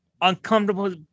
uncomfortable